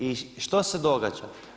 I što se događa?